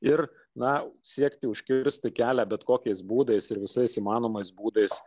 ir na siekti užkirsti kelią bet kokiais būdais ir visais įmanomais būdais